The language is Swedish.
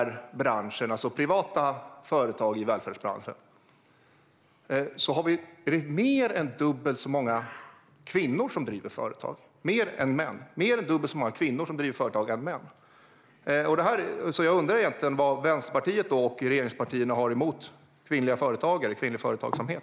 Privata företag i välfärdsbranschen drivs dubbelt så ofta av kvinnor som av män. Vad har Vänsterpartiet och regeringspartierna emot kvinnliga företagare och kvinnlig företagsamhet?